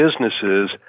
businesses